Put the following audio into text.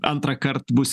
antrąkart bus